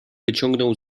wyciągnął